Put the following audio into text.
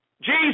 Jesus